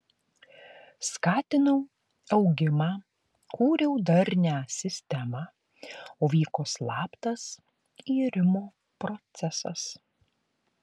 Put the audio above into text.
skatinau augimą kūriau darnią sistemą o vyko slaptas irimo procesas